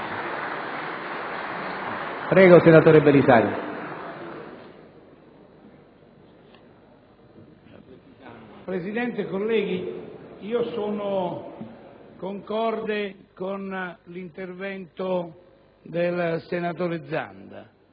Presidente, colleghi, concordo con l'intervento del senatore Zanda: